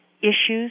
issues